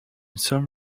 some